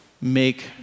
make